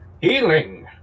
Healing